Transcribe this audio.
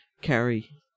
carry